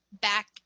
back